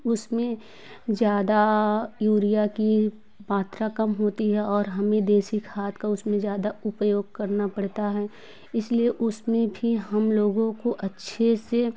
उसमें ज़्यादा यूरिया की मात्रा कम होती है और हमें देशी खाद का उसमें ज़्यादा उपयोग करना पड़ता है इसलिए उसमें भी हम लोगों को अच्छे से